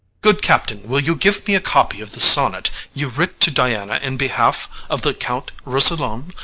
good captain, will you give me a copy of the sonnet you writ to diana in behalf of the count rousillon?